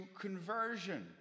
conversion